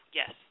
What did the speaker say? yes